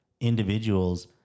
individuals